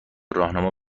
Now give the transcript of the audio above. راهنما